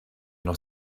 noch